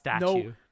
no